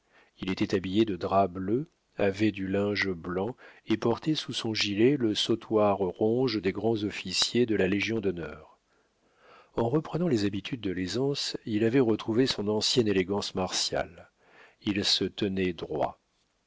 il était habillé de drap bleu avec du linge blanc et portait sous son gilet le sautoir rouge des grands-officiers de la légion-d'honneur en reprenant les habitudes de l'aisance il avait retrouvé son ancienne élégance martiale il se tenait droit